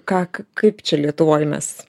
ką k kaip čia lietuvoj mes